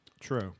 True